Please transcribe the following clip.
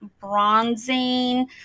bronzing